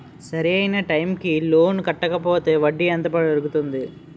సరి అయినా టైం కి లోన్ కట్టకపోతే వడ్డీ ఎంత పెరుగుతుంది?